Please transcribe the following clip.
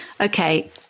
Okay